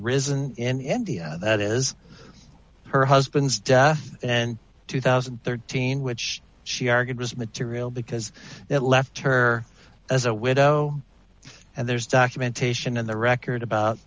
risen in india that is her husband's death and two thousand and thirteen which she argued was immaterial because it left her as a widow and there's documentation in the record about